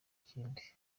kindi